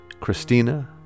christina